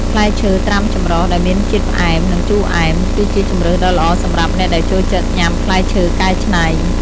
ផ្លែឈើត្រាំចម្រុះដែលមានជាតិផ្អែម និងជូរអែម គឺជាជម្រើសដ៏ល្អសម្រាប់អ្នកដែលចូលចិត្តញ៉ាំផ្លែឈើកែច្នៃ។